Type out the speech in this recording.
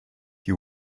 you